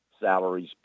salaries